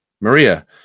Maria